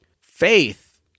faith